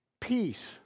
peace